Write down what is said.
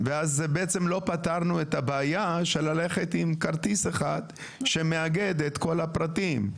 ואז בעצם לא פתרנו את הבעיה של ללכת עם כרטיס אחד שמאגד את כל הפרטים.